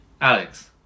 Alex